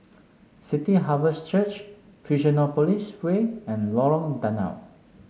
City Harvest Church Fusionopolis Way and Lorong Danau